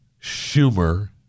Schumer